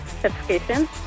certification